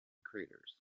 craters